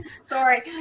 Sorry